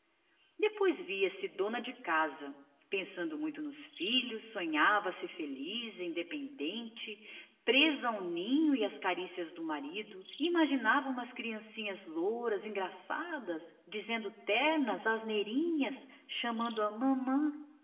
depois via-se dona de casa pensando muito nos filhos sonhava se feliz muito dependente na prisão do ninho e no domínio carinhoso do marido e sonhava umas criancinhas louras ternas balbuciando tolices engraçadas e comovedoras chamando-lhe mamã